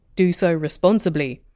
do so responsibly.